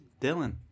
Dylan